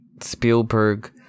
spielberg